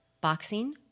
boxing